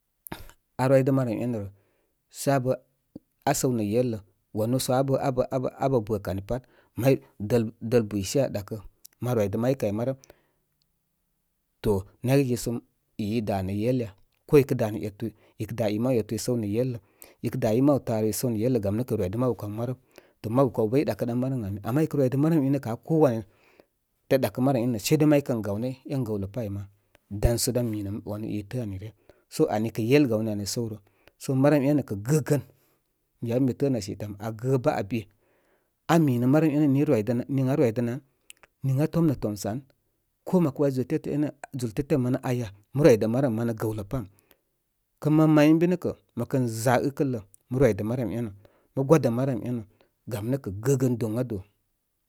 Arwidə marəm enə irə, sə abə aa səw nə yellə wanu sə abə, abə, abə abə bəkə ani pat laŋ dəl, dəl buysi aa ɗakə. Ma rwidə mabu kaw marəm. To naygə gɨ sə i. i dá nə yel ya? Ko ida nə etu, ko idá etu, i səw nə yel lə. I kə dá i mabu taaru i səw nə yel lə gam nə kə i rwidə mabu kaw marəm to mabu kan bə i dakəɗan marəm ən ami. Ama ikə rwidə marəm inə kə aa wanya da ɗakə marəm inərə, seidai may kən gaw nə en gəwlə pá áy ma, dan sə dá mi nə wanu i, i təə aniryə. So ani kə yel gawni ani səwrə. So marəm enə kə gəgən. Nii yabə mi təə ani aa gəbə aa be. Aa mimə marəm enə nii aa rwidə nii i rwidənə nii aa tomnə tomsə an. Ko məkə ‘waŋ zúl tétə énə, zúl tétə manə aya, mə rwidə marəm manə gəwlə pam. Kə man mayən bi nə kə, mə kən za ɨkəllə mə rwidə marəm é nə, mə gwadə marəm énə. Gam nə kə gəgən doya do